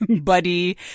buddy